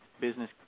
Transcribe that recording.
business